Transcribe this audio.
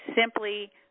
simply